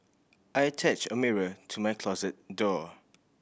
I attached a mirror to my closet door